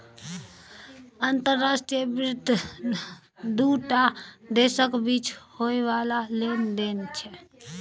अंतर्राष्ट्रीय वित्त दू टा देशक बीच होइ बला लेन देन छै